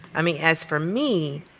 i mean as for me,